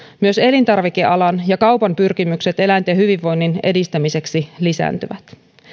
myös elintarvikealan ja kaupan pyrkimykset eläinten hyvinvoinnin edistämiseksi lisääntyvät